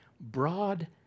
broad